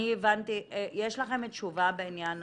יש לכם תשובה בעניין